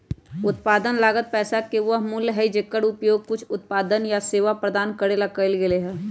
उत्पादन लागत पैसा के वह मूल्य हई जेकर उपयोग कुछ उत्पादन या सेवा प्रदान करे ला कइल गयले है